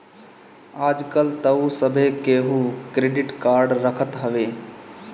आजकल तअ सभे केहू क्रेडिट कार्ड रखत हवे